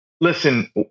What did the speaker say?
listen